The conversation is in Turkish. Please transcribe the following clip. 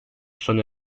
sona